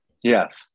yes